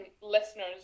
listeners